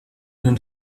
den